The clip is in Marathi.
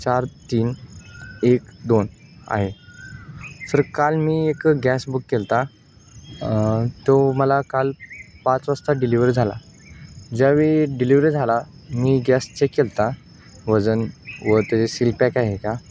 चार तीन एक दोन आहे सर काल मी एक गॅस बुक केला होता तो मला काल पाच वाजता डिलिवरी झाला ज्यावेळी डिलिव्हरी झाला मी गॅस चेक केला होता वजन व त्याचे सील पॅक आहे का